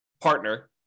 partner